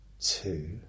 two